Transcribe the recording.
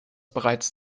bereits